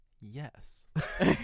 Yes